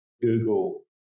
Google